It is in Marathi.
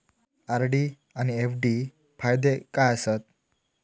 आर.डी आनि एफ.डी फायदे काय आसात?